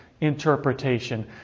interpretation